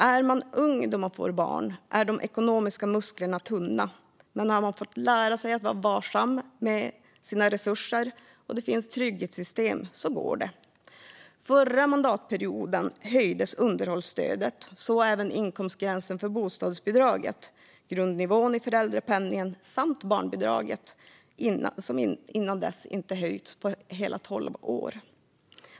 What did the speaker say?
Är man ung då man får barn är ens ekonomiska muskler tunna. Men om man har fått lära sig att vara varsam med sina resurser och om det finns trygghetssystem går det. Förra mandatperioden höjdes underhållsstödet och så även inkomstgränsen för bostadsbidraget, grundnivån i föräldrapenningen samt barnbidraget, som innan dess inte höjts på hela tolv år.